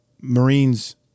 Marines